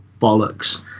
bollocks